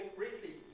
briefly